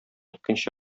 икенче